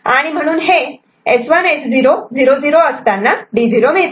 आणि म्हणून हे S1 S0 00 असताना D0 मिळते